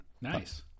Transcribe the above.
Nice